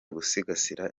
gusigasira